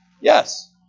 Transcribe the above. Yes